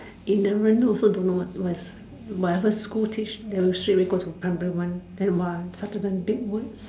ignorant also don't know what what is whatever school teach then straightaway go to primary one then !wah! start to learn big words